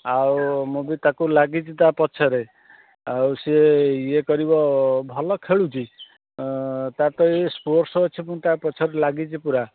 ଆଉ ମୁଁ ବି ତାକୁ ଲାଗିଛି ତା' ପଛରେ ଆଉ ସିଏ ଇଏ କରିବ ଭଲ ଖେଳୁଛି ତାର ତ ଏଇ ସ୍ପୋର୍ଟ୍ସ ଅଛି ମୁଁ ତା' ପଛରେ ଲାଗିଛି ପୁରା